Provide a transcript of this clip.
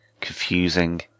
confusing